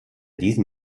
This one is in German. diesen